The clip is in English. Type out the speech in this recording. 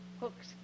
Hook's